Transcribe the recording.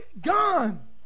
Gone